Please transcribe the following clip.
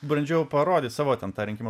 bandžiau parodyt savo ten tą rinkimų